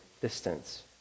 distance